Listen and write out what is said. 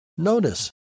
Notice